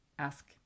ask